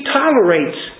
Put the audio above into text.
tolerates